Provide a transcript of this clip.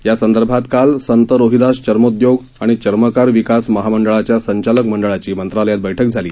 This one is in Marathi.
यासंदर्भात काल संत रोहिदास चर्मोदयोग आणि चर्मकार विकास महामंडळाच्या संचालक मंडळाची मंत्रालयात बैठक झाली